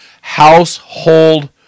household